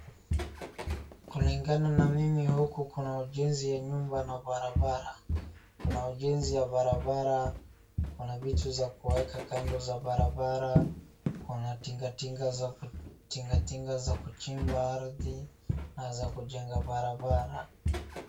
Kulingana na mimi huku kuna ujenzi ya nyumba na barabara, kuna ujenzi wa barabara, kuna viti za kuweka kando za barabara, kuna tingatinga za kujimba ardhi na za kujenga barabara.